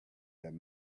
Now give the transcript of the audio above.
have